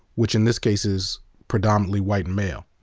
which in this case is predominantly white, male.